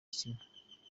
kimwe